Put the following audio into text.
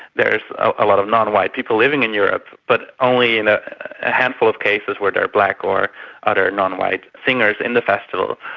there's a lot of non-white people living in europe, but only in ah a handful of cases were there black or other non-white singers in the festival.